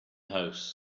house